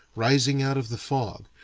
rising out of the fog,